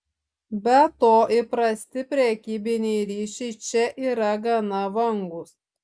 be to įprasti prekybiniai ryšiai čia yra gana vangūs